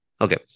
Okay